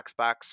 Xbox